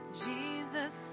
Jesus